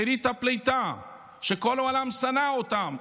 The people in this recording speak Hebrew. שארית הפליטה שכל העולם שנא אותם,